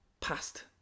past